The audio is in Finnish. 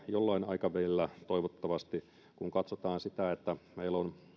jollain aikavälillä toivottavasti kun katsotaan sitä että meillä on